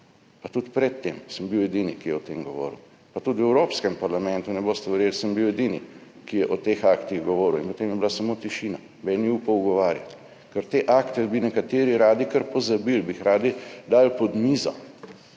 Pa tudi pred tem sem bil edini, ki je govoril o tem. Pa tudi v Evropskem parlamentu, ne boste verjeli, sem bil edini, ki je govoril o teh aktih in potem je bila samo tišina, noben ni upal ugovarjati. Ker te akte bi nekateri radi kar pozabili, radi bi jih dali pod mizo,